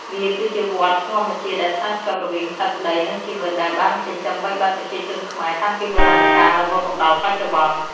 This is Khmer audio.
វាគឺជាវដ្តធម្មជាតិដែលផ្សារភ្ជាប់រវាងទឹក ដី និងជីវិត ដែលបានចិញ្ចឹមបីបាច់ប្រជាជនខ្មែរតាំងពីបុរាណកាលរហូតមកដល់បច្ចុប្បន្ន។